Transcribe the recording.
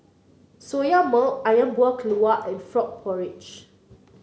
Soya Milk ayam Buah Keluak and Frog Porridge